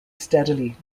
steadily